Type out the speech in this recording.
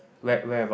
where where about